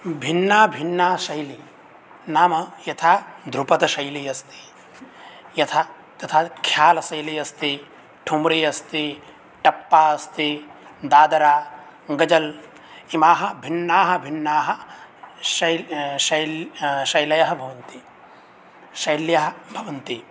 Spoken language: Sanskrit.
भिन्ना भिन्ना शैली नाम यथा द्रुपदशैली अस्ति यथा तथा ख्यालशैली अस्ति ठुम्री अस्ति टप्पा अस्ति दादरा गजल् इमाः भिन्नाः भिन्नाः शैल्यः भवन्ति शैल्य भवन्ति